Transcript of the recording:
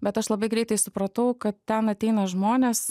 bet aš labai greitai supratau kad ten ateina žmonės